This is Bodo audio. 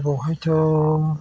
बहायथ'